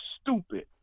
stupid